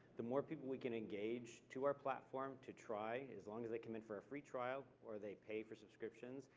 the more people we can engage to our platform to try, as long as they come in for a free trial, or they pay for subscriptions,